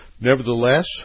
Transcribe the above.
Nevertheless